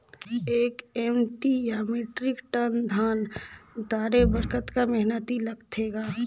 एक एम.टी या metric ton धन उतारे बर कतका मेहनती लगथे ग?